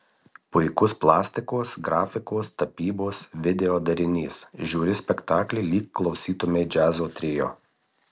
puikus plastikos grafikos tapybos video derinys žiūri spektaklį lyg klausytumei džiazo trio